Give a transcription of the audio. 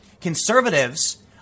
conservatives